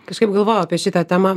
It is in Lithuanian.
kažkaip galvojau apie šitą temą